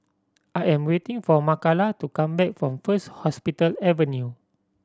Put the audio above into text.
I am waiting for Makala to come back from First Hospital Avenue